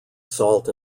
salt